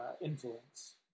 influence